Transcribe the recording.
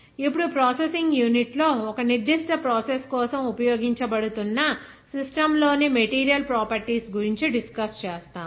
ఇప్పుడు processing unit లో ఒక నిర్దిష్ట ప్రాసెస్ కోసం ఉపయోగించబడుతున్న సిస్టమ్ లోని మెటీరియల్ ప్రాపర్టీస్ గురించి డిస్కస్ చేస్తాము